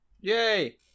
Yay